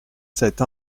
cette